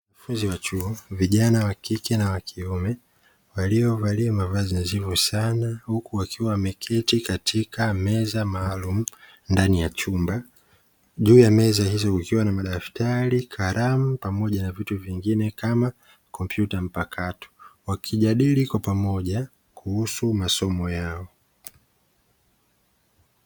Wanafunzi wa chuo vijana wakike na wakiume waliovalia mavazi nadhifu sana, huku wakiwa wameketi katika meza maalumu ndani ya chumba juu ya meza hizo kukiwa na madaftari, kalamu pamoja na vitu vingine kama kompyuta mpakato wakijadili kwa pamoja kuhusu masomo yao.